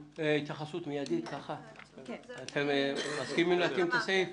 אתם מסכימים להתאים את הסעיף?